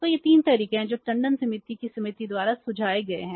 तो ये तीन तरीके हैं जो टंडन समिति की समिति द्वारा सुझाए गए हैं